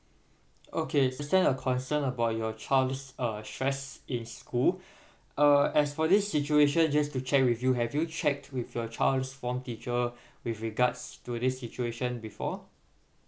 okay is there a concern about your child's uh stress in school uh as for this situation just to check with you have you checked with your child's form teacher with regards to this situation before